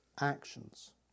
actions